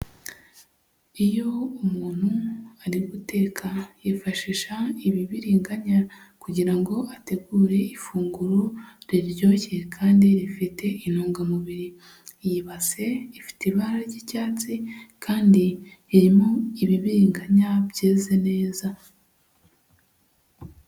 Iyo umuntu ari guteka yifashisha ibibiringanya kugira ngo ategure ifunguro riryoshye kandi rifite intungamubiri, iyi base ifite ibara ry'icyatsi kandi irimo ibibiriganya byeze neza.